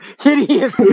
Hideous